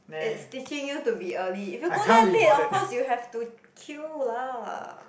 it's teaching you to be early if you go there late of course you have to queue lah